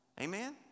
Amen